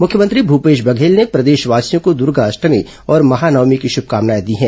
मुख्यमंत्री भूपेश बघेल ने प्रदेशवासियों को दर्गाष्टमी और महानवमी की श्रभकामनाएं दी हैं